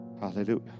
Hallelujah